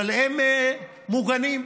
הם מוגנים,